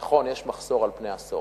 נכון, יש מחסור על פני עשור.